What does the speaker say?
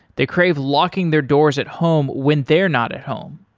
they crave locking their doors at home when they're not at home.